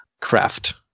craft